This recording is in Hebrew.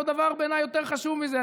עוד דבר שבעיניי הוא יותר חשוב מזה: